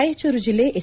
ರಾಯಚೂರು ಜಿಲ್ಲೆ ಎಸ್